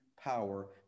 power